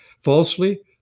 falsely